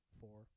four